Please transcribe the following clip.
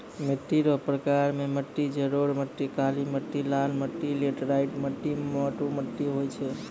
मिट्टी रो प्रकार मे मट्टी जड़ोल मट्टी, काली मट्टी, लाल मट्टी, लैटराईट मट्टी, मरु मट्टी होय छै